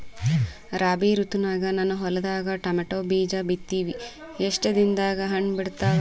ರಾಬಿ ಋತುನಾಗ ನನ್ನ ಹೊಲದಾಗ ಟೊಮೇಟೊ ಬೀಜ ಬಿತ್ತಿವಿ, ಎಷ್ಟು ದಿನದಾಗ ಹಣ್ಣ ಬಿಡ್ತಾವ?